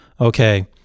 okay